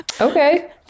Okay